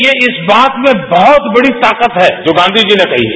ये इस बात में बहुत बड़ी ताकत है जो गांधी जी ने कही है